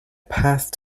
path